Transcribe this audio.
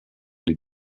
les